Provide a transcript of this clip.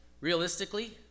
realistically